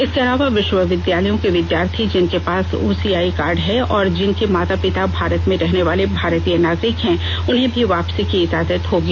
इसके अलावा विश्वविद्यालयों के विद्यार्थी जिनके पास ओसीआई कार्ड है और जिनके माता पिता भारत में रहने वाले भारतीय नागरिक हैं उन्हें भी वापसी की इजाजत होगी